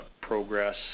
progress